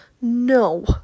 No